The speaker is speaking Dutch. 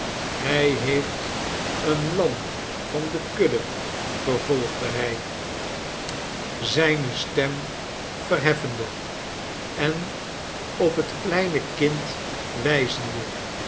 hij heeft een lam van de kudde vervolgde hij zijne roof gepleegd aan klein bethel stem verheffende en op het kleine kind wijzende